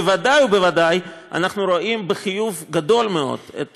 ודאי וודאי שאנחנו רואים בחיוב גדול מאוד את